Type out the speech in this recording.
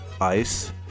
ice